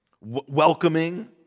welcoming